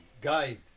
Guide